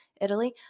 italy